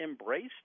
embraced